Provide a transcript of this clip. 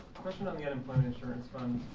and um yeah unemployment insurance funds,